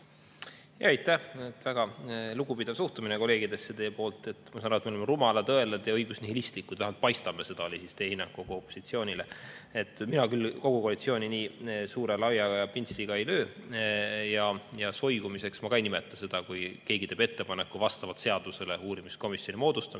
Aitäh! Väga lugupidav suhtumine kolleegidesse teie poolt. Ma saan aru, et me oleme rumalad, õelad ja õigusnihilistlikud, vähemalt paistame nii – see oli siis teie hinnang kogu opositsioonile. Mina küll kogu koalitsiooni nii suure ja laia pintsliga ei löö ja soigumiseks ma ka ei nimeta seda, kui keegi teeb ettepaneku vastavalt seadusele uurimiskomisjoni moodustamiseks,